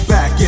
Back